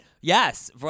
Yes